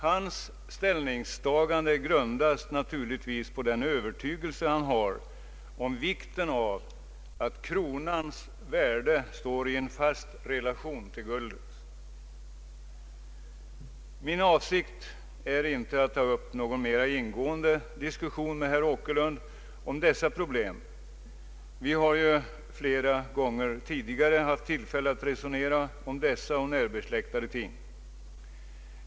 Hans ställningstagande grundas naturligtvis på den övertygelse han har om vikten av att kronans värde står i en fast relation till guldets. Min avsikt är inte att ta upp någon mer ingående diskussion med herr Åkerlund om detta problem. Vi har ju flera gånger tidigare haft tillfälle att resonera om dessa och närbesläktade ting.